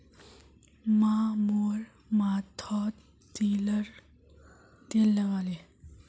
माँ मोर माथोत तिलर तेल लगाले